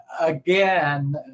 Again